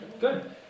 good